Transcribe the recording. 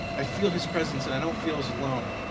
i feel his presence and i don't feel as alone.